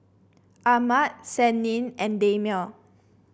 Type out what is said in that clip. Ahmad Senin and Damia